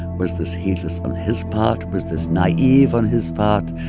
was this heedless on his part? was this naive on his part,